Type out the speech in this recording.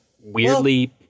weirdly